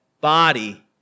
body